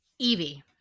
Evie